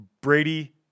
Brady